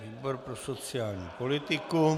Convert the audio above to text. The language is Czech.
Výbor pro sociální politiku.